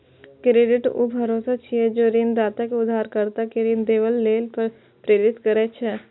credit ऊ भरोसा छियै, जे ऋणदाता कें उधारकर्ता कें ऋण देबय लेल प्रेरित करै छै